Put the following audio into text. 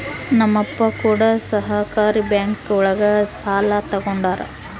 ನಮ್ ಅಪ್ಪ ಕೂಡ ಸಹಕಾರಿ ಬ್ಯಾಂಕ್ ಒಳಗ ಸಾಲ ತಗೊಂಡಾರ